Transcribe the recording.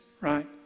right